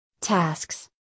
tasks